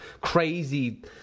crazy